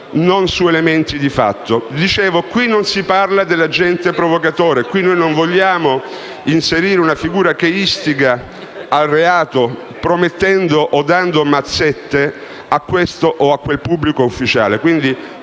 non su elementi di fatto. Qui non si parla dell'agente provocatore. Noi non vogliamo inserire una figura che istiga al reato promettendo o dando mazzette a questo o a quel pubblico ufficiale.